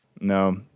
no